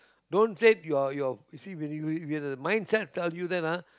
don't say you're you're you see when you when you have the mindset tells you that ah